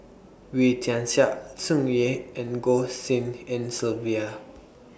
Wee Tian Siak Tsung Yeh and Goh Tshin En Sylvia